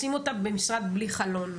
לשים אותה במשרד בלי חלון,